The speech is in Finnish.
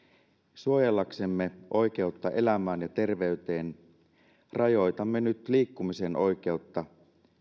suojellaksemme oikeutta elämään ja terveyteen rajoitamme nyt liikkumisen oikeutta